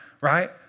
right